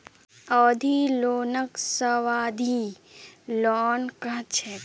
अवधि लोनक सावधि लोन कह छेक